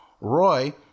Roy